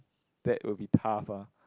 that will be tough ah